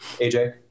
AJ